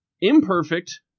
Imperfect